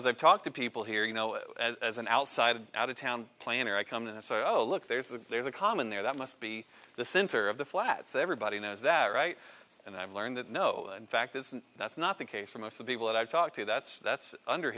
as i talk to people here you know as an outsider out of town planner i come in a sorrow look there's a there's a common there that must be the center of the flats everybody knows that right and i've learned that no in fact that's not the case for most of people that i talk to that's that's under